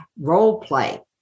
role-play